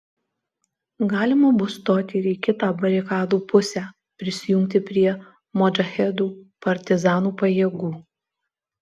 galima bus stoti ir į kitą barikadų pusę prisijungti prie modžahedų partizanų pajėgų